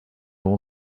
all